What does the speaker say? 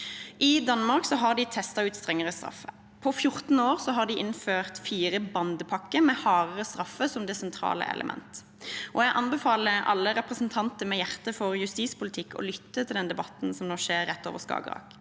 I Danmark har de testet ut strengere straffer. På 14 år har de innført fire «bandepakker» med hardere straffer som det sentrale element. Jeg anbefaler alle representanter med hjerte for justispolitikk å lytte til den debatten som nå skjer rett over Skagerrak.